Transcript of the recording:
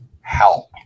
help